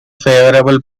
favorable